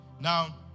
Now